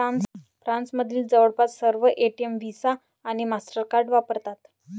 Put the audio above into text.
फ्रान्समधील जवळपास सर्व एटीएम व्हिसा आणि मास्टरकार्ड स्वीकारतात